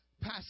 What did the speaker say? Pass